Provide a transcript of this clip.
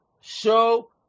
show